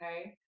Okay